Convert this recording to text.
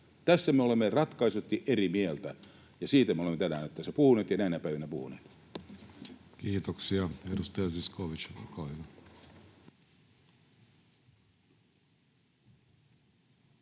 Tässä me olemme ratkaisevasti eri mieltä, ja siitä me olemme nyt tänään tässä ja näinä päivinä puhuneet. Kiitoksia. — Edustaja Zyskowicz, olkaa